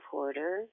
Porter